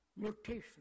mutation